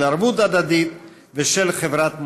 של ערבות הדדית ושל חברת מופת.